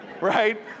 right